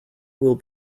will